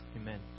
Amen